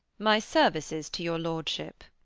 my services to your lordship.